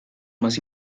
más